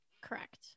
Correct